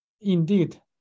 indeed